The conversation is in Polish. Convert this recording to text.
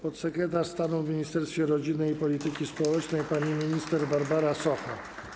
Podsekretarz stanu w Ministerstwie Rodziny i Polityki Społecznej pani minister Barbara Socha.